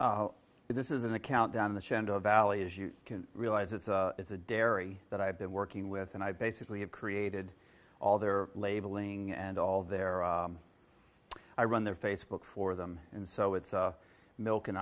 this is an account down the gentle valley as you can realize it's a it's a dairy that i've been working with and i basically have created all their labeling and all their i run their facebook for them and so it's a milk and